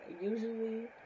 usually